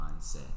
mindset